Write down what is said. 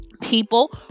people